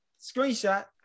Screenshot